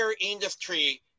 industry